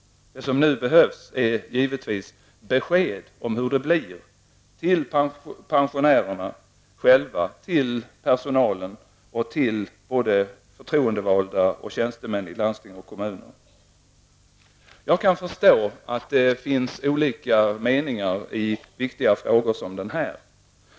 Det som nu behövs är givetvis besked om hur det blir för pensionärerna, personalen samt förtroendevalda och tjänstemän inom landsting och kommuner. Jag kan förstå att det finns olika meningar i viktiga frågor som den här.